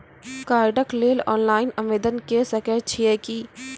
कार्डक लेल ऑनलाइन आवेदन के सकै छियै की?